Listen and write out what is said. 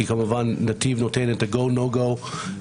כי כמובן נתיב נותנת את ה-go no go להליך